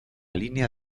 línea